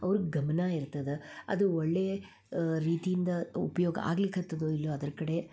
ಅವ್ರ ಗಮನ ಇರ್ತದ ಅದು ಒಳ್ಳೆಯ ರೀತಿಯಿಂದ ಉಪಯೋಗ ಆಗ್ಲಿಕತ್ತದೋ ಇಲ್ಲವೋ ಅದರ ಕಡೆ